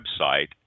website